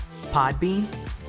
Podbean